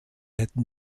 hätten